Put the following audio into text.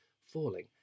falling